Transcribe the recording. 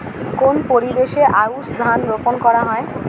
কোন পরিবেশে আউশ ধান রোপন করা হয়?